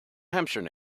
hampshire